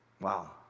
Wow